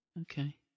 Okay